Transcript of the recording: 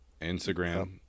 instagram